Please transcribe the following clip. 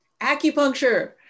Acupuncture